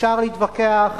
אפשר להתווכח